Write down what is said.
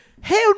Hell